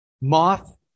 Moth